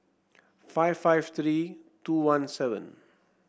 five five three two one seven